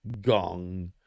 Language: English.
gong